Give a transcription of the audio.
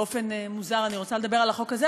באופן מוזר אני רוצה לדבר על החוק הזה.